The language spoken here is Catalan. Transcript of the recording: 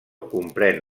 comprèn